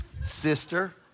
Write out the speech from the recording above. sister